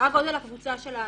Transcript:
גודל הקבוצה של האנשים?